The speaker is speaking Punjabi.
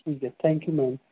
ਠੀਕ ਹੈ ਥੈਂਕ ਯੂ ਮੈਮ